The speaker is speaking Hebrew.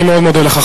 אני מאוד מודה לך.